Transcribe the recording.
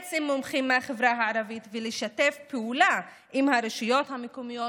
להתייעץ עם מומחים מהחברה הערבית ולשתף פעולה עם הרשויות המקומיות